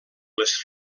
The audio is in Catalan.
les